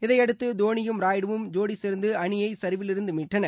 இதையடுத்து தோனியும் ராய்டுவும் ஜோடி சேர்ந்து அணியை சரிவிலிருந்து மீட்டனர்